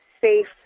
safe